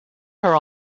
her